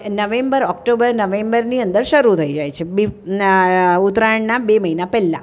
November October નવેમ્બરની અંદર શરૂ થઈ જાય છે બે ઉત્તરાયણના બે મહિના પહેલાં